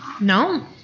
No